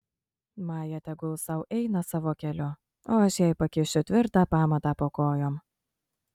maja tegul sau eina savo keliu o aš jai pakišiu tvirtą pamatą po kojom